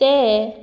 ते